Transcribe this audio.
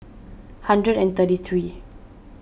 hundred and thirty three